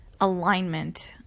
alignment